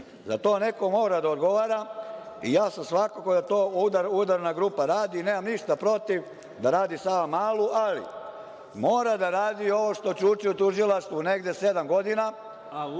Za to neko mora da odgovara i ja sam za to da to udarna grupa radi. Nemam ništa protiv da radi Savamalu, ali mora da radi ovo što čuči u tužilaštvu negde sedam godina. Ja